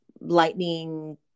Lightning